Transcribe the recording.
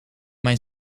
mijn